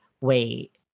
wait